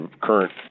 current